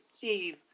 Eve